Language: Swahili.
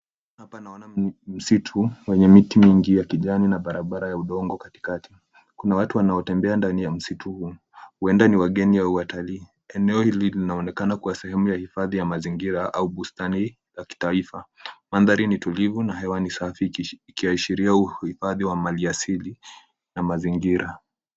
Hapa naona misitu yenye miti mingi ya kijani na barabara ya udongo katikati. Kuna watu wanaotembea ndani ya msitu huu, huenda ni wageni au watalii. Eneo hili linaonekana kuwa la hifadhi ya mazingira au bustani ya taifa. Mandhari ni tulivu ikiashiria uhifadhi wa maliasili na mazingira.